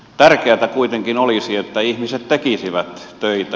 tärkeätä kuitenkin olisi että ihmiset tekisivät töitä